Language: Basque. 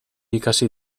ikasi